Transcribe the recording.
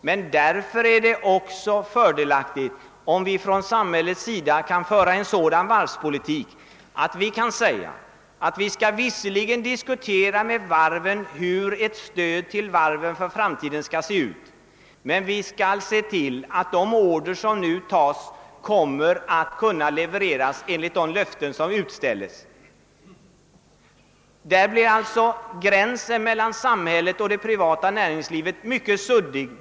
Men fördenskull är det också fördelaktigt om vi från samhällets sida för en sådan varvspolitik att vi kan säga, att vi skall visserligen diskutera med varven hur stödet till dem i framtiden skall se ut, men vi skall också se till att de order som nu tas upp kommer ati kunna fullföljas enligt de löften som utställs. Gränsen mellan samhället och det privata näringslivet blir alltså mycket suddig.